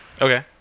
Okay